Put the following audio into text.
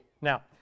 Now